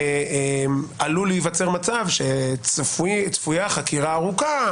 עלול להיווצר מצב שבו צפויה חקירה ארוכה,